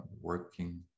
working